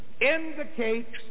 indicates